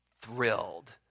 thrilled